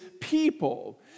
people